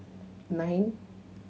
nine